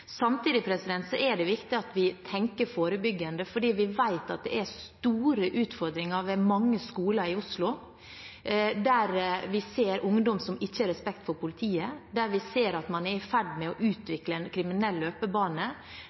Samtidig er det viktig at vi tenker forebyggende, for vi vet at det er store utfordringer ved mange skoler i Oslo der vi ser ungdom som ikke har respekt for politiet, som er i ferd med å utvikle en